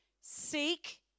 Seek